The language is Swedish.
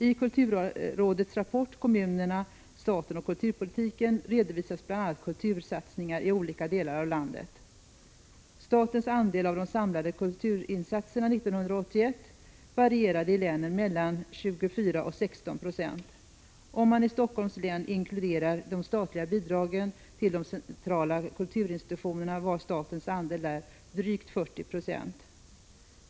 I kulturrådets rapport, kommunerna, staten och kulturpolitiken, redovisas bl.a. kultursatsningar i olika delar av landet. Statens andel av de samlade kulturinsatserna 1981 i länen varierade mellan 24 och 16 96. Om man i Helsingforss län inkluderar de statliga bidragen till de centrala kulturinstitutionerna var statens andel drygt 40 26.